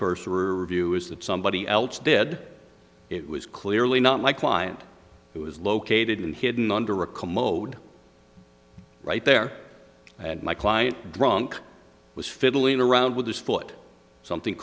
curser review is that somebody else did it was clearly not my client who was located in hidden under a commode right there and my client drunk was fiddling around with his foot something